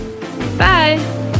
Bye